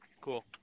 Cool